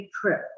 trip